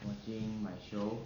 watching my show